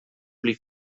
pli